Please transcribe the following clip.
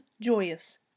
Joyous